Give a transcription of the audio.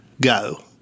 go